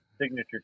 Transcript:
signature